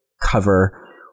cover